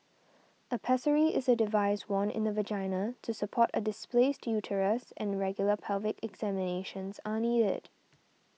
a pessary is a device worn in the vagina to support a displaced uterus and regular pelvic examinations are needed